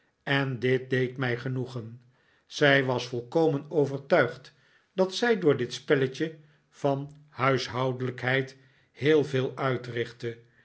en dit deed mij genoegen zij was volkomen overtuigd dat zij door dit spelletje van huishoudelijkheid heel veel uitrichtte